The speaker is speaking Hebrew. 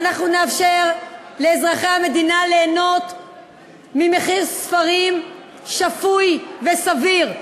ואנחנו נאפשר לאזרחי המדינה ליהנות ממחיר ספרים שפוי וסביר.